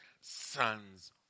sons